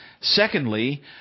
Secondly